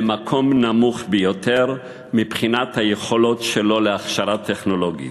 במקום נמוך ביותר מבחינת היכולות שלו להכשרה טכנולוגית.